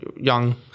young